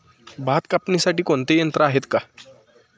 भात कापणीसाठी कोणते यंत्र आहेत का?